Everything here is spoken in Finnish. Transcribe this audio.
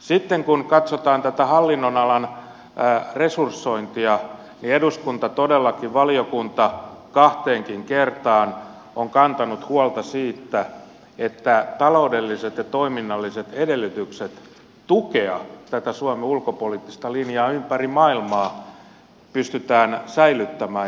sitten kun katsotaan tätä hallinnonalan resursointia niin eduskunta todellakin valiokunta kahteenkin kertaan on kantanut huolta siitä että taloudelliset ja toiminnalliset edellytykset tukea tätä suomen ulkopoliittista linjaa ympäri maailmaa pystytään säilyttämään